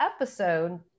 episode